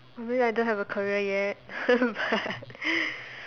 I mean I don't have a career yet but